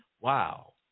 wow